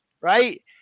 right